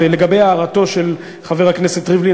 ולגבי הערתו של חבר הכנסת ריבלין,